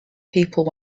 people